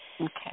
Okay